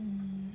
mm